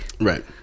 Right